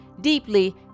deeply